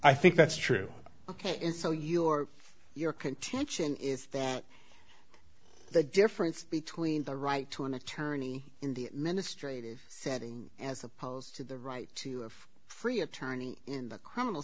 i think that's true ok and so you or your contention is that the difference between the right to an attorney in the ministry setting as opposed to the right to free attorney in the criminal